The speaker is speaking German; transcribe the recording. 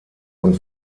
und